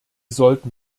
sollten